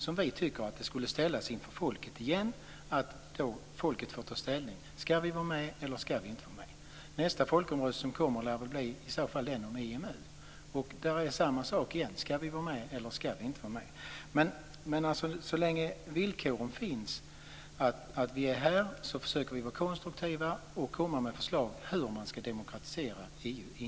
Folket ska då få ta ställning till om vi ska vara med eller inte. Nästa folkomröstning lär väl bli om EMU. Det är samma sak igen: Ska vi vara med eller inte? Så länge villkoren finns, försöker vi vara konstruktiva och komma med förslag för hur EU ska demokratiseras inifrån.